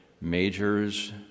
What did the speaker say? majors